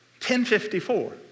1054